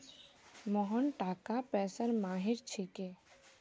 मोहन टाका पैसार माहिर छिके